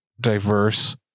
diverse